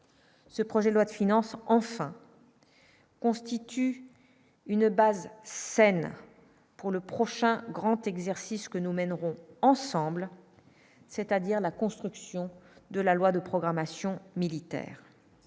ce projet de loi de finances enfin constitue une base saine pour le prochain grand exercice que nous mènerons ensemble, c'est-à-dire la construction de la loi de programmation militaire,